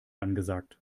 angesagt